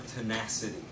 tenacity